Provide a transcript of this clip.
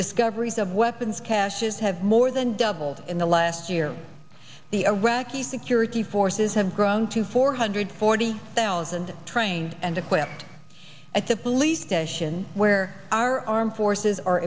discoveries of weapons caches have more than doubled in the last year the iraqi security forces have grown to four hundred forty thousand trained and equipped at the police station where our armed forces are